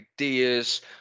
ideas